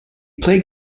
played